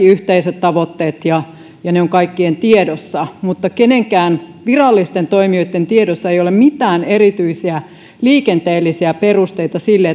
yhteiset tavoitteet ja ja ne ovat kaikkien tiedossa mutta kenenkään virallisten toimijoitten tiedossa ei ole mitään erityisiä liikenteellisiä perusteita sille